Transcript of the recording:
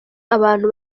abantu